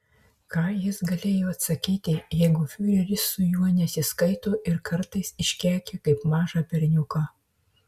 ką jis galėjo atsakyti jeigu fiureris su juo nesiskaito ir kartais iškeikia kaip mažą berniuką